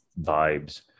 vibes